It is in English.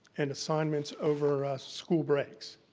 and assignments over school breaks.